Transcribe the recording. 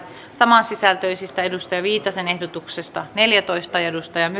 samansisältöisistä pia viitasen ehdotuksesta neljätoista ja riitta myllerin